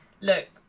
look